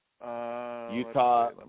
Utah